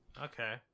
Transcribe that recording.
Okay